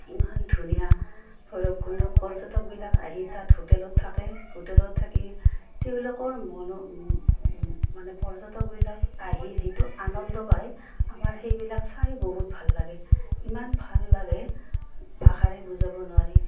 ইমান ধুনীয়া ভৈৰৱকুণ্ডক পৰ্যটকবিলাক আহি তাত হোটেলত থাকে হোটেলত থাকি তেওঁলোকৰ মনো মানে পৰ্যটকবিলাক আহি যিটো আনন্দ পায় আমাৰ সেইবিলাক চাই বহুত ভাল লাগে ইমান ভাল লাগে ভাষাৰে বুজাব নোৱাৰি